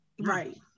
Right